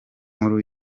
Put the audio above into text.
nkuru